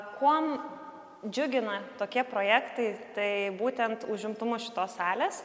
kuom džiugina tokie projektai tai būtent užimtumu šitos salės